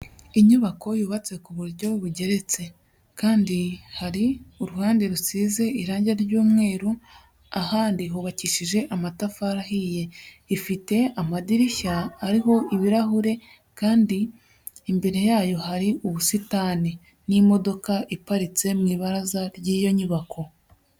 Inyubako yubatse ku buryo bugeretse kandi hari uruhande rusize irange ry'umweru, ahandi hubakishije amatafari ahiye, ifite amadirishya ariho ibirahure kandi imbere yayo hari ubusitani n'imodoka iparitse mu ibaraza ry'iyo nyubako.